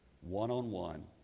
one-on-one